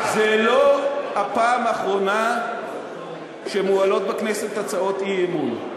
זה לא הפעם האחרונה שמועלות בכנסת הצעות אי-אמון,